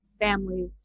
families